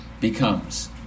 becomes